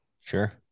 Sure